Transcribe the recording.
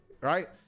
right